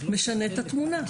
משנים את התמונה.